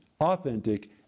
authentic